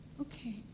Okay